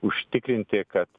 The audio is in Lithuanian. užtikrinti kad